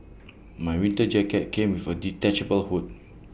my winter jacket came with A detachable hood